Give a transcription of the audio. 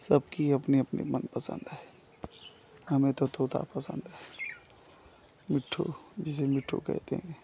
सबकी अपनी अपनी मनपसन्द है हमें तो तोता पसन्द हैं मिट्ठू जिसे मिट्ठू कहते हैं